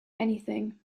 anything